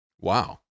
wow